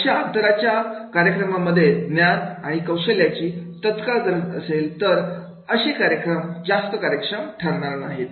अशा अंतराच्या कार्यक्रमांमध्ये ज्ञान आणि कौशल्याची तात्काळ गरज असेल तर असे कार्यक्रम जास्त कार्यक्षम ठरणार नाहीत